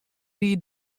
wie